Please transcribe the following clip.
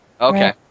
Okay